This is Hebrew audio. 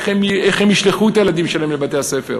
איך הם ישלחו את הילדים שלהם לבתי-הספר.